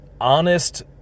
honest